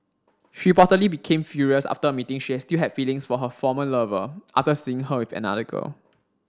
she reportedly became furious after admitting she still had feelings for her former lover after seeing her with another girl